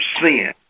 sin